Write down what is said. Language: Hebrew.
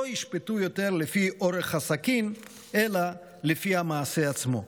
יישפטו יותר לפי אורך הסכין אלא לפי המעשה עצמו.